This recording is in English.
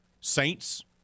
Saints